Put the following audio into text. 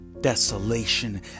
desolation